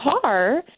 car